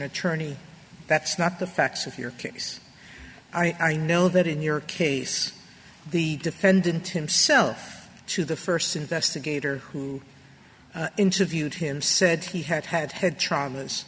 attorney that's not the facts of your case i know that in your case the defendant himself to the first investigator who interviewed him said he had had had